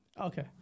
okay